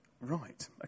right